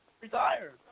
Retired